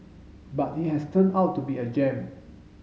but it has turned out to be a gem